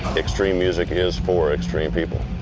extreme music is for extreme people.